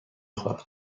خورم